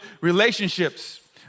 relationships